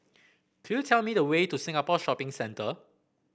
could you tell me the way to Singapore Shopping Centre